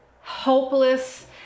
hopeless